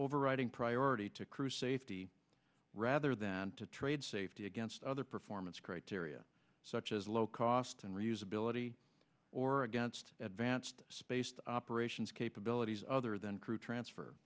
overriding priority to crew safety rather than to trade safety against other performance criteria such as low cost and reusability or against advanced spaced operations capabilities other than crew transfer